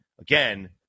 again